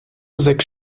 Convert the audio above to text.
sechs